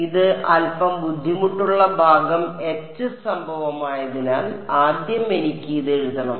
അതിനാൽ ഇത് അൽപ്പം ബുദ്ധിമുട്ടുള്ള ഭാഗം H സംഭവമായതിനാൽ ആദ്യം എനിക്ക് ഇത് എഴുതണം